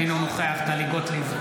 אינו נוכח טלי גוטליב,